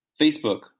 Facebook